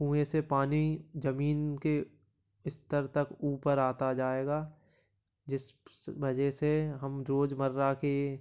कुएँ से पानी जमीन के स्तर तक ऊपर आता जाएगा जिस वज़ह से हम रोजमर्रा की